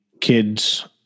kids